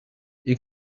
you